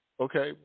Okay